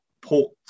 port